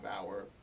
hour